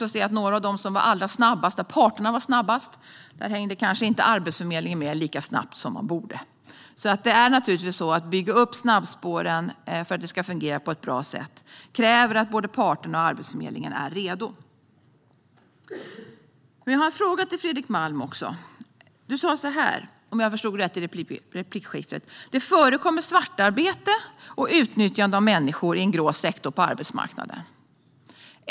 Vad gäller några av de ansökningar där parterna var allra snabbast hängde kanske inte Arbetsförmedlingen med lika väl som man borde. För att uppbyggnaden av snabbspåren ska fungera på ett bra sätt krävs det att både parterna och Arbetsförmedlingen är redo. Jag har också en fråga till Fredrik Malm. Du sa så här, om jag förstod dig rätt i replikskiftet: Det förekommer svartarbete och utnyttjande av människor i en grå sektor på arbetsmarknaden.